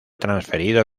transferido